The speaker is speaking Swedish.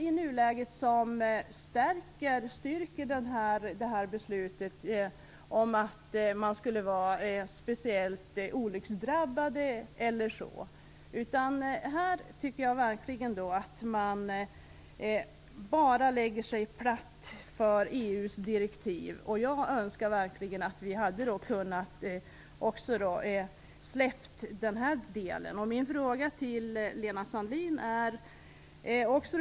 I nuläget finns det inte heller någonting som styrker beslutet när det gäller olycksfrekvensen. Här tycker jag att man bara lägger sig platt för EU:s direktiv. Jag önskar verkligen att vi hade kunnat släppa den här delen. Jag har en fråga till Lena Sandlin.